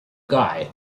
guy